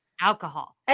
alcohol